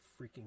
freaking